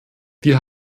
wir